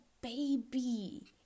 baby